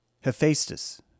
Hephaestus